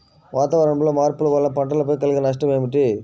వాతావరణంలో మార్పుల వలన పంటలపై కలిగే నష్టం ఏమిటీ?